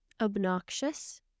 Obnoxious